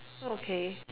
okay